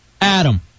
Adam